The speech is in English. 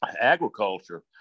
Agriculture